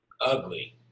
Ugly